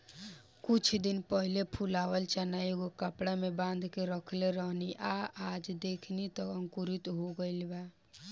कुछ दिन पहिले फुलावल चना एगो कपड़ा में बांध के रखले रहनी आ आज देखनी त अंकुरित हो गइल बा